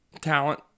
talent